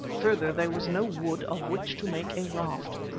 further there was no wood of which to make a raft.